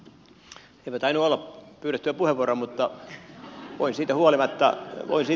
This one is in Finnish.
eipä tainnut olla pyydettyä puheenvuoroa mutta voin siitä huolimatta voisi